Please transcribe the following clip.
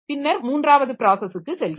பின்னர் மூன்றாவது ப்ராஸஸுக்கு செல்கிறது